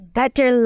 better